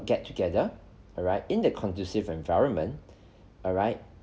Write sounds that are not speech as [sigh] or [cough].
get together alright in the conducive environment [breath] alright